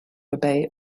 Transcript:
obey